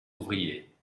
ouvriers